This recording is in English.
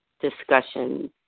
discussion